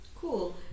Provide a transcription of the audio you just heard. Cool